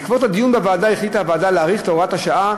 בעקבות הדיון החליטה הועדה להאריך את הוראת השעה